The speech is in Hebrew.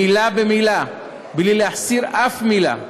מילה במילה, בלי להחסיר אף מילה,